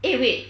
eh wait